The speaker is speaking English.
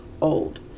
old